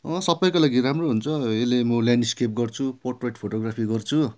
सबको लागि राम्रो हुन्छ यसले म ल्यान्ड स्केप गर्छु पोट्रेट फोटो ग्राफी गर्छु